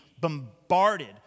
bombarded